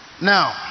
now